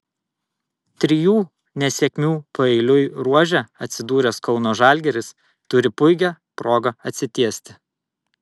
trijų nesėkmių paeiliui ruože atsidūręs kauno žalgiris turi puikią progą atsitiesti